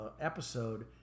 episode